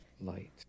Light